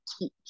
teach